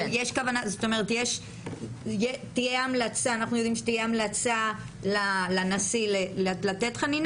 אבל תהיה המלצה לנשיא לתת חנינה?